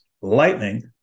lightning